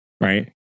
right